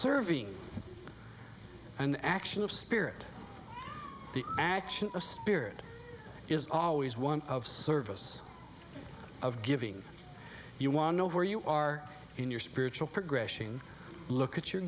serving an action of spirit the action of spirit is always one of service of giving you one know where you are in your spiritual progression look at your